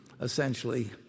essentially